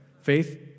faith